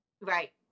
Right